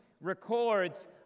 records